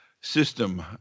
system